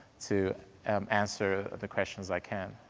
to um answer the questions i can.